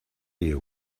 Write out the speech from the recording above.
you